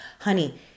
Honey